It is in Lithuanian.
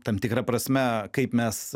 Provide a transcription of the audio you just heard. tam tikra prasme kaip mes